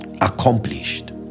accomplished